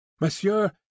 Monsieur